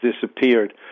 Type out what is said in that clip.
disappeared